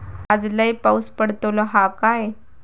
आज लय पाऊस पडतलो हा काय?